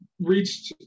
reached